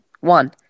One